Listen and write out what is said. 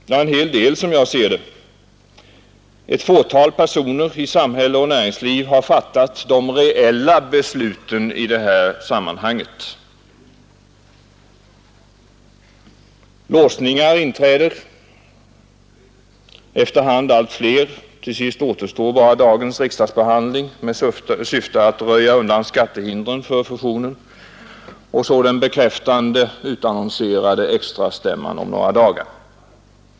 En hel del som jag ser det. Ett fåtal personer i samhälle och näringsliv har fattat de reella besluten i detta sammanhang. Så blir det låsningar, efter hand allt fler. Till sist återstår bara dagens riksdagsbehandling med syfte att röja undan skattehindren för fusionen och så den bekräftande utannonserade extrastämman om några dagar.